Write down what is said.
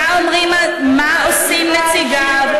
מה עושים נציגיו.